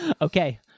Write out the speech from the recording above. Okay